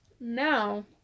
now